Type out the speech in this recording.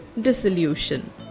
Dissolution